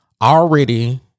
Already